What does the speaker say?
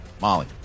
Molly